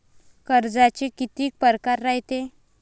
कर्जाचे कितीक परकार रायते?